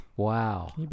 Wow